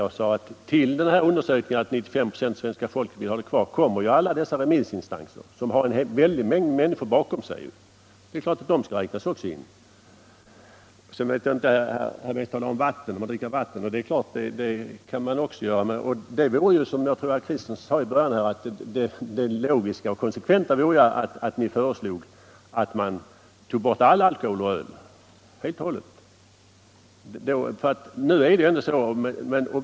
Jag sade att till undersökningen som visade att 95 926 av svenska folket vill ha mellanölet kvar kommer alla dessa remissinstanser som har en mängd människor bakom sig, och de skall naturligtvis också räknas in. Dricka vatten kan man naturligtvis också göra. Det logiska och konsekventa vore då, som herr Kristenson sade, att ni föreslog att all alkohol togs bort från allt öl.